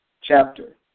chapter